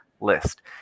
list